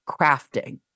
crafting